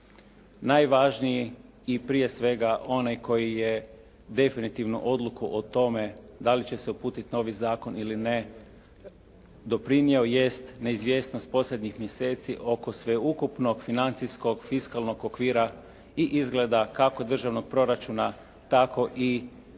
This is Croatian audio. Najvažniji i prije svega onaj koji je definitivno odluku o tome da li će se uputiti novi zakon ili ne doprinijeo jest neizvjesnost posljednjih mjeseci oko sveukupnog financijskog fiskalnog okvira i izgleda kako državnog proračuna, tako i mogućnosti